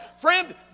Friend